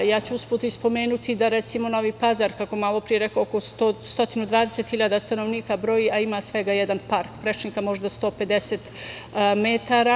Usput ću i spomenuti da recimo Novi Pazar, kako malopre rekoh, oko 120 hiljada stanovnika broji, a ima svega jedan park prečnika možda 150 metara.